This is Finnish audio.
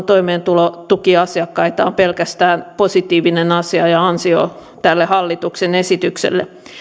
toimeentulotukiasiakkaita on pelkästään positiivinen asia ja ansio tälle hallituksen esitykselle